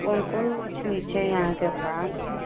कोन कोन मछली छै अहाँकेँ पास